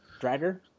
dragger